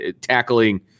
Tackling